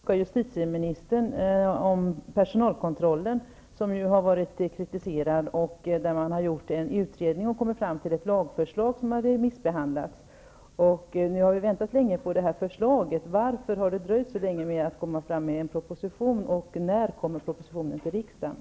Fru talman! Jag vill ställa en fråga till justitieministern om personalkontrollen, som ju har kritiserats. Det har gjorts en utredning, och man har kommit fram till ett lagförslag som har remissbehandlats. Vi har väntat länge på detta förslag. Varför har det dröjt så länge, och när kommer en proposition att läggas fram för riksdagen?